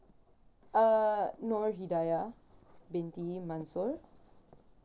uh nur hidayah binti mansor